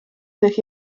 tych